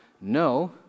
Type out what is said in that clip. no